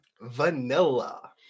Vanilla